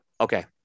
Okay